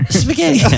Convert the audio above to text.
spaghetti